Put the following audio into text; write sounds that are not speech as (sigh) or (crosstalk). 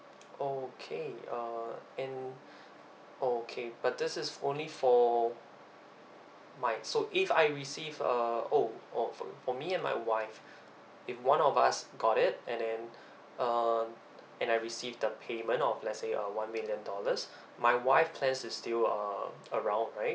okay uh and (breath) okay but this is only for my so if I receive uh oh oh for me and my wife (breath) if one of us got it and then (breath) uh and I receive the payment of let's say a one million dollars (breath) my wife plans is still uh around right